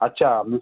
আচ্ছা আমি